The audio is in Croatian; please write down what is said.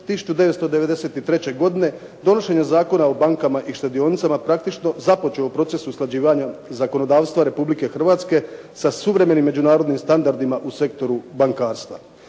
1993. godine donošenje Zakona o bankama i štedionicama praktično započeo proces usklađivanja zakonodavstva Republike Hrvatske sa suvremenim međunarodnim standardima u sektoru bankarstva.